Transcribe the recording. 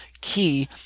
key